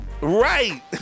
Right